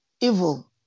evil